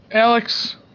Alex